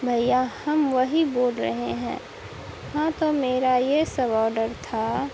بھیا ہم وہی بول رہے ہیں ہاں تو میرا یہ سب آڈر تھا